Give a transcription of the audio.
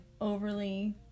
overly